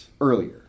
earlier